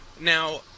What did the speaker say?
Now